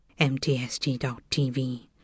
MTST.TV